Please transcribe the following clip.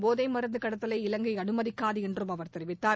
போதை மருந்து கடத்தலை இலங்கை அனுமதிக்காது என்றும் அவர் தெரிவித்தார்